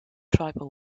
tribal